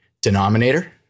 denominator